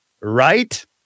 right